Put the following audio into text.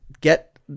get